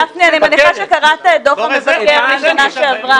גפני, אני מניחה שקראת את דוח המבקר בשנה שעברה.